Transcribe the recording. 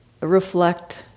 reflect